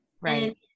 right